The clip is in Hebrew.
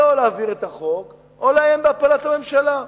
זה או להעביר את החוק או לאיים בהפלת הממשלה.